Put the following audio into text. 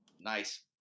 nice